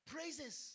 Praises